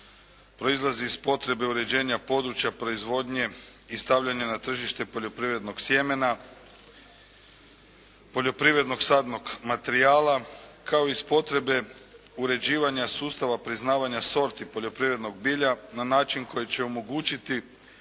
proizlazi iz potrebe uređenja područja proizvodnje i stavljanja na tržište poljoprivrednog sjemena, poljoprivrednog sadnog materijala kao iz potrebe uređivanja sustava priznavanja sorti poljoprivrednog bilja na način koji će omogućiti